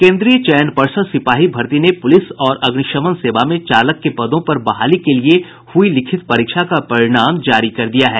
केन्द्रीय चयन पर्षद सिपाही भर्ती ने पुलिस और अग्निशमन सेवा में चालक के पदों पर बहाली के लिए हुई लिखित परीक्षा का परिणाम जारी कर दिया गया है